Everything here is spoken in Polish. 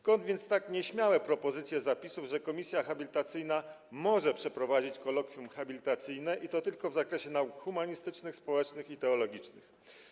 Skąd więc tak nieśmiałe propozycje zapisów, że komisja habilitacyjna może przeprowadzić kolokwium habilitacyjne, i to tylko w zakresie nauk humanistycznych, społecznych i teologicznych?